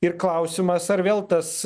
ir klausimas ar vėl tas